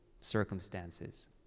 circumstances